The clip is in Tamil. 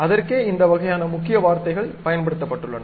அதற்கே இந்த வகையான முக்கிய வார்த்தைகள் பயன்படுத்தப்பட்டுள்ளன